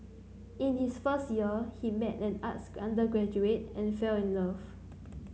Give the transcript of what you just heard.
in his first year he met an arts undergraduate and fell in love